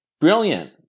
brilliant